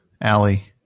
Allie